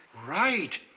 Right